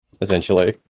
Essentially